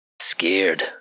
Scared